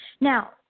Now